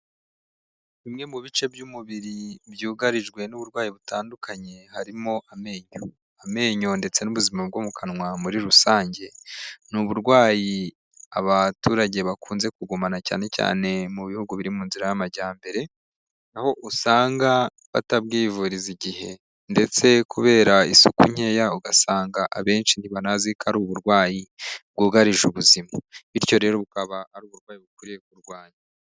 Bimwe mu bice by'umubiri byugarijwe n'uburwayi butandukanye harimo amenyo, amenyo ndetse n'ubuzima bwo mu kanwa muri rusange ni uburwayi abaturage bakunze kugumana cyane cyane mu bihugu biri mu nzira y'amajyambere, aho usanga batabwivuriza igihe ndetse kubera isuku nkeya ugasanga abenshi ntibanazi ko ari uburwayi bwugarije ubuzima bityo rero bukaba ari uburwayi bukwiye kurwanywa.